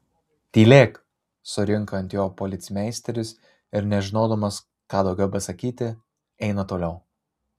tylėk surinka ant jo policmeisteris ir nežinodamas ką daugiau besakyti eina toliau